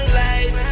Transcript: life